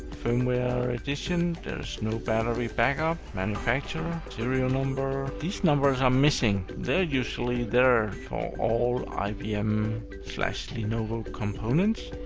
firmware addition, there's no battery backup. manufacturer. serial number. these numbers are missing. they're usually there for all ibm lenovo components.